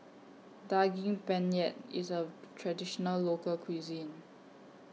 Daging Penyet IS A Traditional Local Cuisine